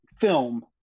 film